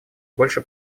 больше